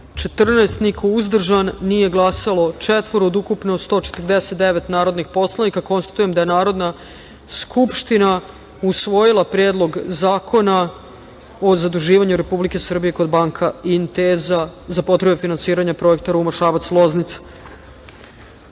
14, uzdržan - niko, nije glasalo četvoro od ukupno prisutnih 149 narodnih poslanika. Konstatujem da je Narodna skupština usvojila Predlog zakona o zaduživanju Republike Srbije kod banke Intesa za potrebe finansiranja Projekta Ruma-Šabac-Loznica. Prelazimo